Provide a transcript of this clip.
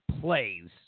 plays